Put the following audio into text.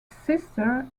sister